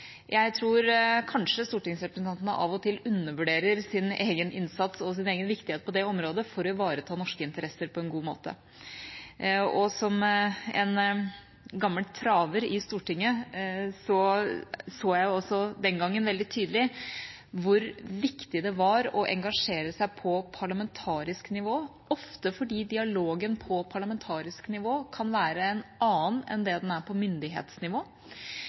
Jeg tror kanskje stortingsrepresentantene av og til undervurderer sin egen innsats og sin egen viktighet på det området for å ivareta norske interesser på en god måte. Som en gammel traver i Stortinget så jeg også den gangen veldig tydelig hvor viktig det var å engasjere seg på parlamentarisk nivå, ofte fordi dialogen på parlamentarisk nivå kan være en annen enn det den er på myndighetsnivå.